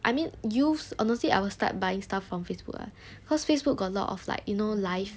I mean youths honestly I will start buying stuff from facebook ah cause facebook got a lot of like you know live